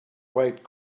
wait